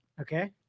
Okay